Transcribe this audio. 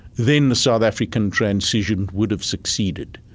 then the south african transition would have succeeded.